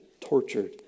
tortured